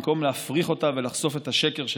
במקום להפריך אותה ולחשוף את השקר שבה.